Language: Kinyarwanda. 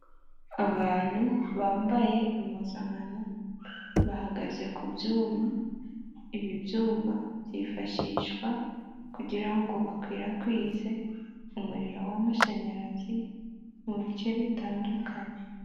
Abantu bambaye impuzankano, bahagaze ku byuma, ibi byuma byifashishwa kugira ngo bakwirakwize, umuriro w'amashanyarazi mu bice bitandukanye.